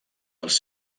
els